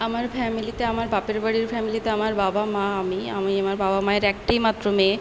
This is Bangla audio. আমার ফ্যামিলিতে আমার বাপের বাড়ির ফ্যামিলিতে আমার বাবা মা আমি আমি আমার বাবা মায়ের একটাই মাত্র মেয়ে